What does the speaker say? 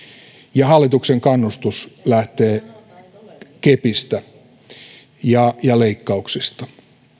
ja hallituksen kannustus lähtee kepistä ja ja leikkauksista